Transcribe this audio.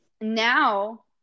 Now